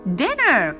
dinner